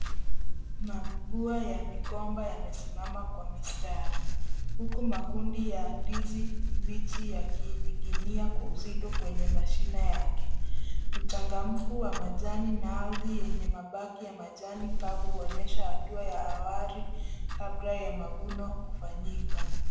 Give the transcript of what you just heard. Mabua ya migomba yamesimama kwa mistari. Huku makundi ya ndizi mbichi yakining'inia kwa uzito kwenye mashina yake. Uchangamfu wa majani na ardhi yenye mabaki ya majani kavu huonyesha hatua ya awali kabla ya mavuno kufanyika.